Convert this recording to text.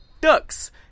ducks